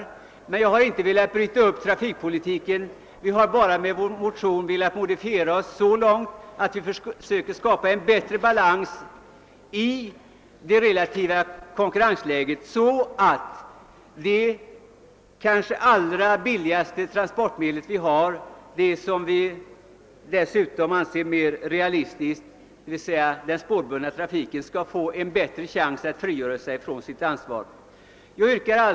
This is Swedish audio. Jag har emellertid inte velat bryta upp trafikpolitiken. Med vår motion II: 850 har vi bara velat modifiera den så långt att vi försöker skapa en bättre balans i det relativa konkurrensläget, så att det kanske allra billigaste transportmedlet och det som vi dessutom anser mera realistiskt, dvs. den spårbundna trafiken, skall få en större chans att fullgöra sina transportuppgifter på ett mer :samhällsansvarigt sätt.